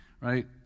right